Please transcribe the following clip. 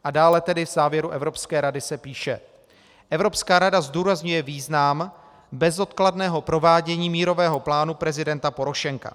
A dále tedy v závěru Evropské rady se píše: Evropská rada zdůrazňuje význam bezodkladného provádění mírového plánu prezidenta Porošenka.